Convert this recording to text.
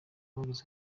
abagize